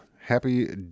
Happy